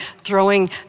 throwing